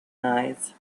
eyes